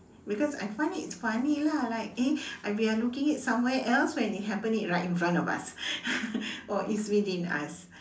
because I find it funny lah like eh and we are looking it somewhere else when it happening right in front of us or it's within us